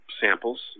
samples